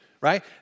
right